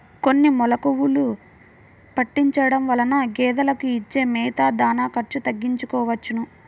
కొన్ని మెలుకువలు పాటించడం వలన గేదెలకు ఇచ్చే మేత, దాణా ఖర్చు తగ్గించుకోవచ్చును